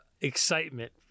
excitement